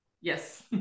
yes